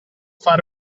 far